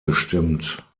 bestimmt